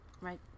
Right